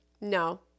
No